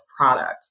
product